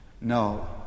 No